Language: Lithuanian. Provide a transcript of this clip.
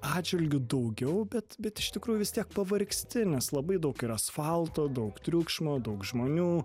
atžvilgiu daugiau bet bet iš tikrųjų vis tiek pavargsti nes labai daug ir asfalto daug triukšmo daug žmonių